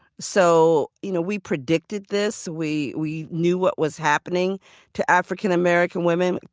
so you know, we predicted this. we we knew what was happening to african-american women,